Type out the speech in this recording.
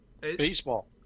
Baseball